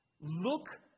Look